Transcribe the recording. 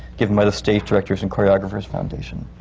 given by the stage directors and choreographers foundation.